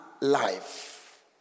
life